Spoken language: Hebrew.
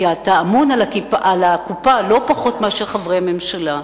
כי אתה אמון על הקופה לא פחות מחברי הממשלה,